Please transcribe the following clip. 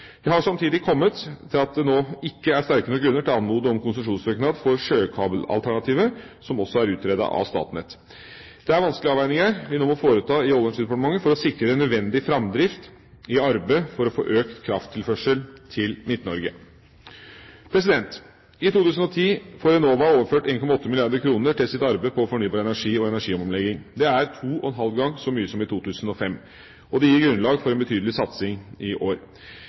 Jeg har samtidig kommet til at det nå ikke er sterke nok grunner til å anmode om konsesjonssøknad for sjøkabelalternativet, som også er utredet av Statnett. Det er vanskelige avveininger vi nå må foreta i Olje- og energidepartementet, for å sikre nødvendig framdrift i arbeidet for å få økt krafttilførsel til Midt-Norge. I 2010 får Enova overført 1,8 milliarder kr til sitt arbeid med fornybar energi og energiomlegging. Det er to og en halv ganger så mye som i 2005. Det gir grunnlag for en betydelig satsing i år.